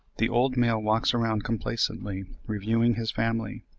the old male walks around complacently reviewing his family,